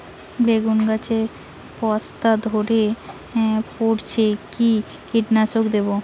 বেগুন গাছের পস্তা ঝরে পড়ছে কি কীটনাশক দেব?